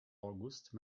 auguste